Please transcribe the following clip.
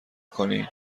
کنی